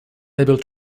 able